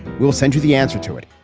we'll send you the answer to it.